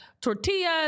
tortillas